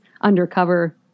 undercover